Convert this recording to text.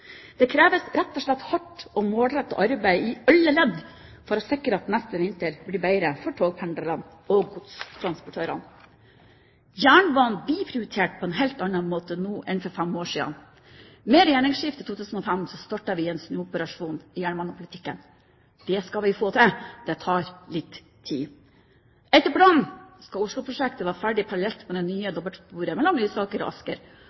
Det kreves rett og slett hardt og målrettet arbeid i alle ledd for å sikre at neste vinter blir bedre for togpendlerne og godstransportørene. Jernbanen blir prioritert på en helt annen måte nå enn for fem år siden. Med regjeringsskiftet i 2005 startet vi en snuoperasjon i jernbanepolitikken. Det skal vi få til – det tar litt tid. Etter planen skal Osloprosjektet være ferdig parallelt med det nye dobbeltsporet mellom Lysaker og Asker,